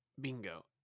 Bingo